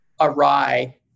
awry